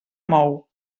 mou